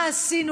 מה עשינו?